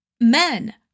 Men